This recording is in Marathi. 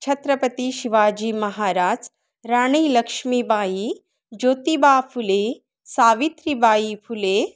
छत्रपती शिवाजी महाराज राणी लक्ष्मीबाई ज्योतिबा फुले सावित्रीबाई फुले